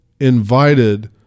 invited